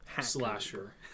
slasher